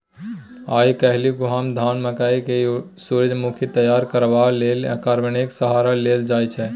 आइ काल्हि गहुम, धान, मकय आ सूरजमुखीकेँ तैयार करबा लेल कंबाइनेक सहारा लेल जाइ छै